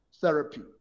therapy